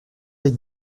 avec